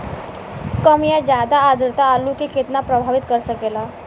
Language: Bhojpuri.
कम या ज्यादा आद्रता आलू के कितना प्रभावित कर सकेला?